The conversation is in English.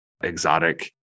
exotic